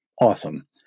awesome